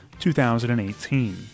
2018